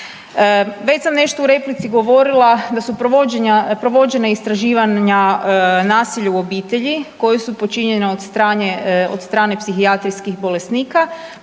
Već sam nešto u replici govorila da su provođenja, provođena istraživanja nasilja u obitelji koja su počinjena od strana psihijatrijskih bolesnika